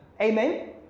Amen